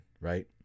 right